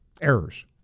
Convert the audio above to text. errors